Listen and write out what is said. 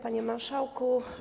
Panie Marszałku!